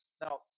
Now